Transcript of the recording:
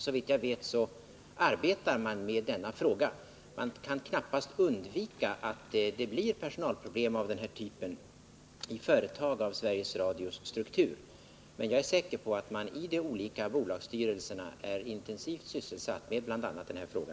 Såvitt jag vet arbetar man med denna fråga. Man kan knappast undvika att det blir personalproblem av denna typ i företag med Sveriges Radios struktur. Men jag är säker på att man i de olika bolagsstyrelserna är intensivt sysselsatt med bl.a. denna fråga.